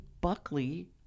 Buckley